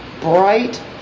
bright